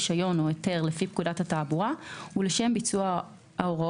רישיון או היתר לפי פקודת התעבורה ולשם ביצוע ההוראות